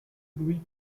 louis